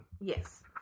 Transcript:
Yes